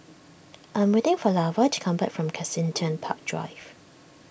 I am waiting for Lavar to come back from Kensington Park Drive